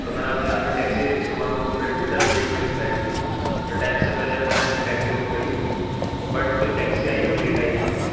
تو میں نے آپ کے یہاں سے ٹیکسی صبح میں بک کری تھی دس بجے کی میری فلائٹ تھی تو ٹائم سے پہلے ہی میں نے اپنی ٹیکسی بک کری بٹ جو ٹیکسی آئی ہے وہ لیٹ آئی کافی